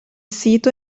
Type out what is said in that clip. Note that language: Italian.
sito